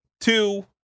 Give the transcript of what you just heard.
two